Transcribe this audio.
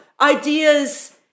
ideas